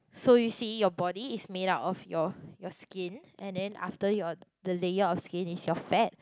so you see your body is made up of your your skin and then after your the layer of skin is your fat